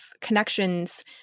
connections